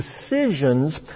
decisions